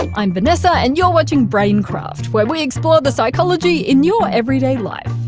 and i'm vanessa and you're watching braincraft, where we explore the psychology in your everyday life.